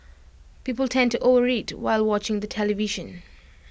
people tend to overeat while watching the television